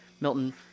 Milton